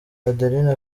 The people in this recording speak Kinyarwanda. adeline